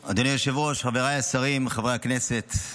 היושב-ראש, חבריי השרים, חברי הכנסת,